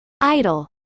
Idle